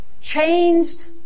changed